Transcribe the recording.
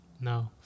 No